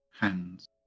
hands